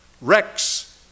Rex